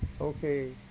okay